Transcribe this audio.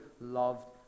loved